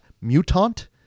Mutant